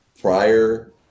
prior